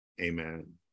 Amen